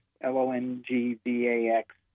L-O-N-G-V-A-X